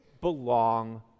belong